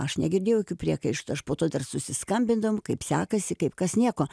aš negirdėjau jokių priekaištų aš po to dar susiskambindavom kaip sekasi kaip kas nieko